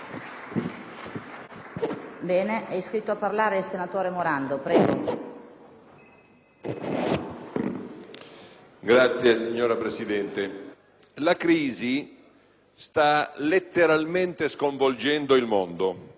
la crisi sta letteralmente sconvolgendo il mondo.